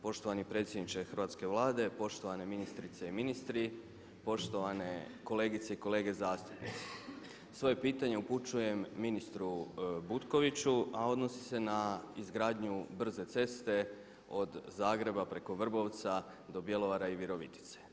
Poštovani predsjedniče Hrvatske vlade, poštovane ministrice i ministri, poštovane kolegice i kolege zastupnici svoje pitanje upućujem ministru Butkoviću, a odnosio se na izgradnju brze ceste od Zagreba preko Vrbovca do Bjelovara i Virovitice.